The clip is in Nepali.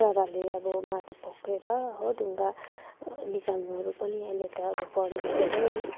जराले अब माटो पक्रिएर हो ढुङ्गा निकाल्नुहरू पनि अहिले त अब फरेस्टबाटै